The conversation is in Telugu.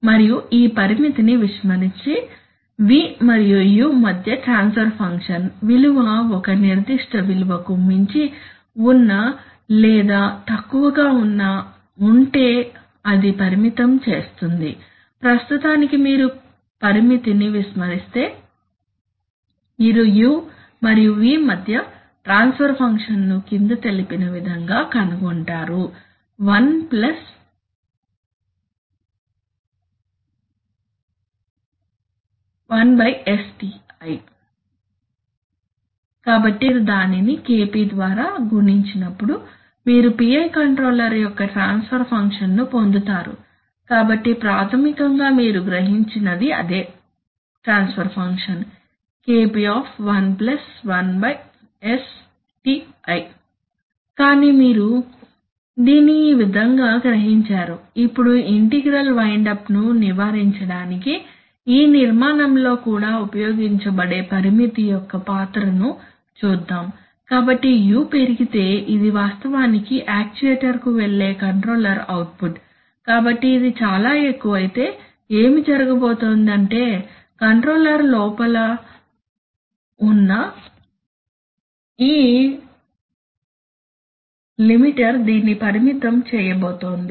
మరియు ఈ పరిమితిని విస్మరించి v మరియు u మధ్య ట్రాన్స్ఫర్ ఫంక్షన్ విలువ ఒక నిర్దిష్ట విలువకు మించి ఉన్న లేదా తక్కువగా ఉన్న ఉంటే అది పరిమితం చేస్తుంది ప్రస్తుతానికి మీరు పరిమితిని విస్మరిస్తే మీరు u మరియు v మధ్య ట్రాన్స్ఫర్ ఫంక్షన్ను కింద తెలిపిన విధంగా కనుగొంటారు 11STi కాబట్టి మీరు దానిని Kp ద్వారా గుణించినప్పుడు మీరు PI కంట్రోలర్ యొక్క ట్రాన్స్ఫర్ ఫంక్షన్ను పొందుతారు కాబట్టి ప్రాథమికంగా మీరు గ్రహించినది అదే ట్రాన్స్ఫర్ ఫంక్షన్ KP11STi కానీ మీరు దీన్ని ఈ విధంగా గ్రహించారు ఇప్పుడు ఇంటిగ్రల్ వైన్డ్ అప్ ను నివారించడానికి ఈ నిర్మాణంలో కూడా ఉపయోగించబడే పరిమితి యొక్క పాత్రను చూద్దాం కాబట్టి u పెరిగితే ఇది వాస్తవానికి యాక్యుయేటర్కు వెళ్లే కంట్రోలర్ అవుట్పుట్ కాబట్టి ఇది చాలా ఎక్కువైతే ఏమి జరగబోతోంది అంటే కంట్రోలర్ లోపల ఉన్న ఈ లిమిటెర్ దీన్ని పరిమితం చేయబోతోంది